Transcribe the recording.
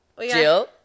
Jill